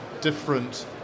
different